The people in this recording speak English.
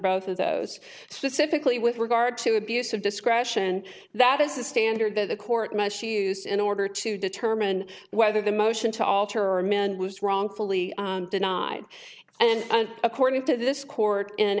both of those specifically with regard to abuse of discretion that is the standard that the court might she use in order to determine whether the motion to alter or amend was wrongfully denied and according to this court